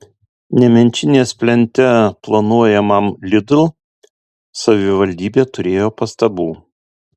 nemenčinės plente planuojamam lidl savivaldybė turėjo pastabų